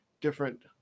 different